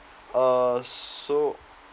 uh so